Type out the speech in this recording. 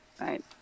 right